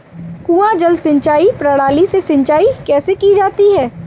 कुआँ जल सिंचाई प्रणाली से सिंचाई कैसे की जाती है?